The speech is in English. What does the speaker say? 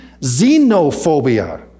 xenophobia